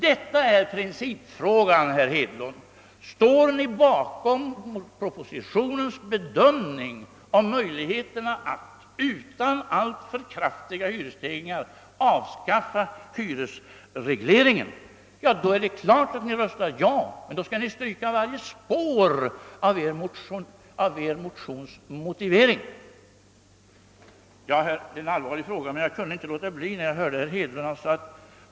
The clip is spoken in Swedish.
Detta är principfrågan, herr Hedlund. Står ni bakom regeringsförslagets bedömning om möjligheterna att utan alltför kraftiga hyresstegringar avskaffa hyresregleringen? I så fall är det klart att ni röstar ja, men då skall ni stryka varje spår av motiveringen i er motion. Detta är en allvarlig fråga, men jag kan inte låta bli att något kommentera herr Hedlunds anförande.